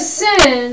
sin